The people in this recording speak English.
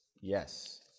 Yes